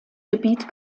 gebiet